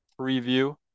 preview